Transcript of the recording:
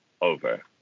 over